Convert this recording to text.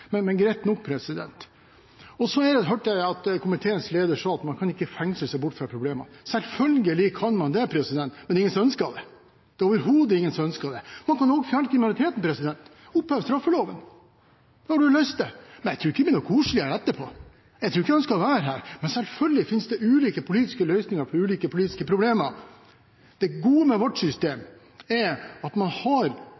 Men greit nok. Så hørte jeg komiteens leder si at man kan ikke fengsle seg bort fra problemene. Selvfølgelig kan man det, men det er ingen som ønsker det. Det er overhodet ingen som ønsker det. Man kan også fjerne kriminaliteten – ved å oppheve straffeloven. Da har man løst det. Men jeg tror ikke det blir noe koselig her etterpå. Jeg tror ikke jeg ønsker å være her. Men selvfølgelig finnes det ulike politiske løsninger på ulike politiske problemer. Det gode med vårt system er at